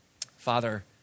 Father